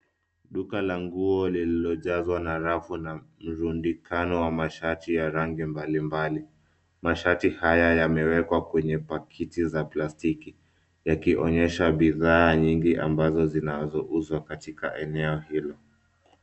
Duka la nguo lililojazwa na rafu na mrundikano wa mashati ya rangi mbalimbali. Mashati haya yamewekwa kwenye pakiti za plastiki, yakionyesha bidhaa nyingi ambazo zinazouzwa katika eneo hilo.